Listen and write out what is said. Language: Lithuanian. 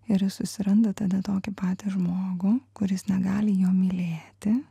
ir jis susiranda tada tokį patį žmogų kuris negali jo mylėti